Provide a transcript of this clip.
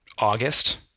August